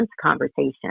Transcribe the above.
conversation